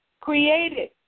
created